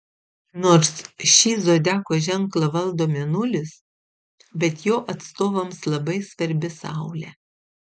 nors šį zodiako ženklą valdo mėnulis bet jo atstovams labai svarbi saulė